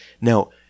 Now